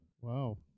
Wow